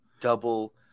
double